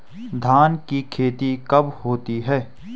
धान की खेती कब होती है?